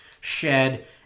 shed